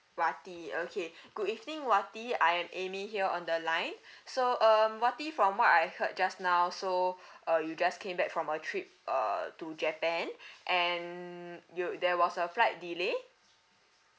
wati okay good evening wati I am amy here on the line so um wati from what I heard just now so uh you just came back from a trip uh to japan and you there was a flight delay